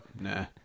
Nah